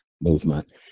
movement